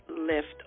lift